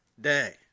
day